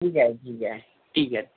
ठीक आहे ठीक आहे ठीक आहे थँक्स